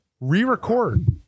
re-record